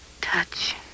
touch